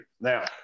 Now